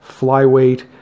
flyweight